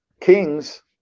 kings